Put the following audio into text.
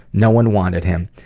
no one wanted him,